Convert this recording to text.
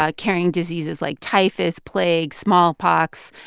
ah carrying diseases like typhus, plague, smallpox.